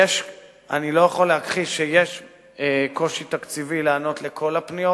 אני לא יכול להכחיש שיש קושי תקציבי להיענות לכל הפניות.